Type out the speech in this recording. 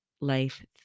life